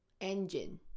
engine